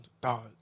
dog